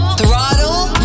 throttle